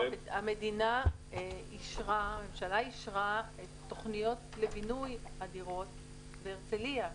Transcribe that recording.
הממשלה אישרה תוכניות לבינוי הדירות בהרצליה.